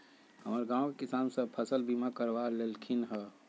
हमर गांव के किसान सभ फसल बीमा करबा लेलखिन्ह ह